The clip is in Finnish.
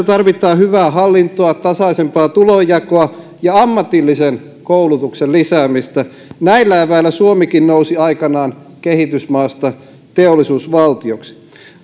tarvitaan hyvää hallintoa tasaisempaa tulonjakoa ja ammatillisen koulutuksen lisäämistä näillä eväillä suomikin nousi aikanaan kehitysmaasta teollisuusvaltioksi